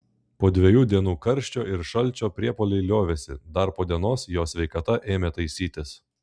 po dviejų dienų karščio ir šalčio priepuoliai liovėsi dar po dienos jo sveikata ėmė taisytis